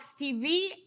TV